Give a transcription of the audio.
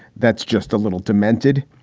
that's just a little demented.